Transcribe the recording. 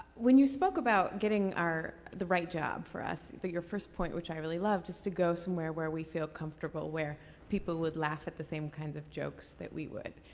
when you spoke about getting our, the right job for us through your first point, which i really loved, is to go somewhere where we feel comfortable, where people would laugh at the same kinds of jokes that we would.